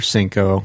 Cinco